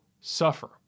suffer